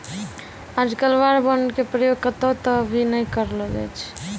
आजकल war bond के प्रयोग कत्तौ त भी नय करलो जाय छै